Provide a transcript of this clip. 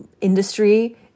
industry